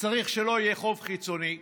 שצריך שלא יהיה חוב חיצוני,